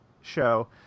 show